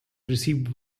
received